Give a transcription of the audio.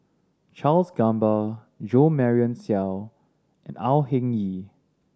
Charles Gamba Jo Marion Seow and Au Hing Yee